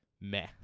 meh